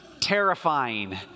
Terrifying